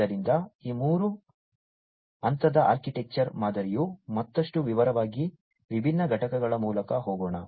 ಆದ್ದರಿಂದ ಈ ಮೂರು ಹಂತದ ಆರ್ಕಿಟೆಕ್ಚರ್ ಮಾದರಿಯು ಮತ್ತಷ್ಟು ವಿವರವಾಗಿ ವಿಭಿನ್ನ ಘಟಕಗಳ ಮೂಲಕ ಹೋಗೋಣ